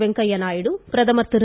வெங்கய்யநாயுடு பிரதமர் திரு